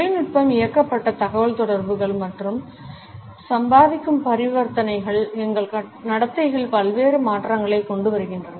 தொழில்நுட்பம் இயக்கப்பட்ட தகவல்தொடர்புகள் மற்றும் சம்பாதிக்கும் பரிவர்த்தனைகள் எங்கள் நடத்தைகளில் பல்வேறு மாற்றங்களைக் கொண்டு வருகின்றன